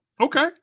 Okay